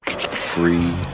Free